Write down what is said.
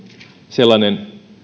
sellainen